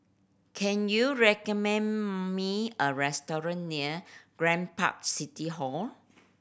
can you recommend me a restaurant near Grand Park City Hall